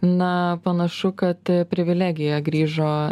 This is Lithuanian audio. na panašu kad privilegija grįžo